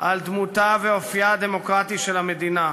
על דמותה ואופייה הדמוקרטי של המדינה.